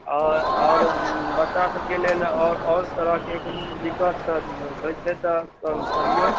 आओर आओर बच्चा सभकेँ लेल आओर तरहकेँ कोनो दिक्कत होइत॰ छै तऽ कहिऔ